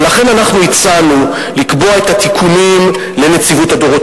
ולכן אנחנו הצענו לקבוע את התיקונים לנציבות הדורות